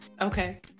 Okay